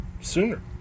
sooner